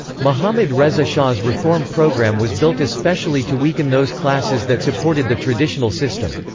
mohammad reza shah's reform programme was built especially to weaken those classes that supported the traditional system.